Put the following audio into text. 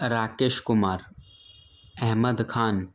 Rakesh Kumar Ahmed Khan